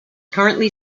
currently